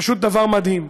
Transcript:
פשוט דבר מדהים.